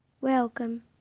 Welcome